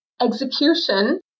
execution